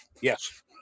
Yes